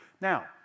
Now